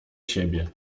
siebie